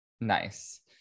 Nice